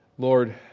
Lord